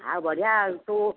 ଆଉ ବଢ଼ିଆ ଆଉ ତୁ